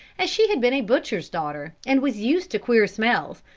as she had been a butcher's daughter, and was used to queer smells,